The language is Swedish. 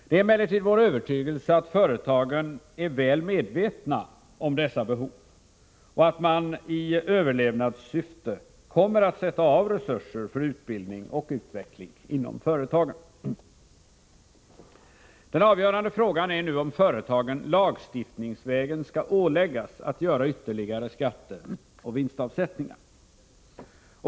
Det är emellertid vår övertygelse att man från företagens sida är väl medveten om dessa behov och att man i överlevnadssyfte kommer att sätta av resurser för utbildning och utveckling inom företagen. Den avgörande frågan är nu om företagen lagstiftningsvägen skall åläggas att göra ytterligare skatteoch vinstavsättningar.